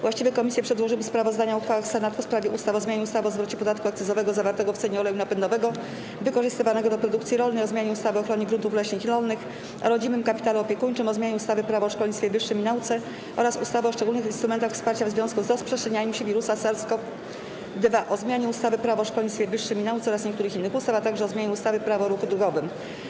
Właściwe komisje przedłożyły sprawozdania o uchwałach Senatu w sprawie ustaw: - o zmianie ustawy o zwrocie podatku akcyzowego zawartego w cenie oleju napędowego wykorzystywanego do produkcji rolnej, - o zmianie ustawy o ochronie gruntów leśnych i rolnych, - o rodzinnym kapitale opiekuńczym, - o zmianie ustawy - Prawo o szkolnictwie wyższym i nauce oraz ustawy o szczególnych instrumentach wsparcia w związku z rozprzestrzenianiem się wirusa SARS-CoV-2, - o zmianie ustawy - Prawo o szkolnictwie wyższym i nauce oraz niektórych innych ustaw, - o zmianie ustawy - Prawo o ruchu drogowym.